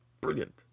brilliant